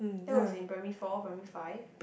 that was in primary four primary five